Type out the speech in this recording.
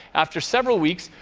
after several weeks,